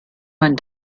man